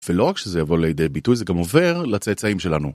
ולא רק שזה יבוא לידי ביטוי, זה גם עובר לצאצאים שלנו.